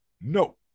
no